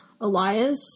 Elias